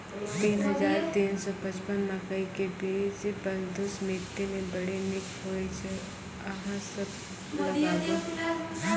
तीन हज़ार तीन सौ पचपन मकई के बीज बलधुस मिट्टी मे बड़ी निक होई छै अहाँ सब लगाबु?